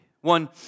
One